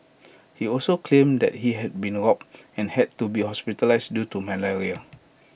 he also claimed that he had been robbed and had to be hospitalised due to malaria